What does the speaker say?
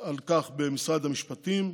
על כך במשרד המשפטים.